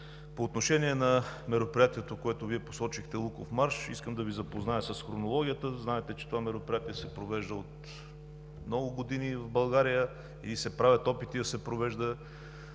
По отношение на мероприятието, което Вие посочихте – Луковмарш, искам да Ви запозная с хронологията. Знаете, че това мероприятие се провежда от много години в България и се правят опити да се провежда.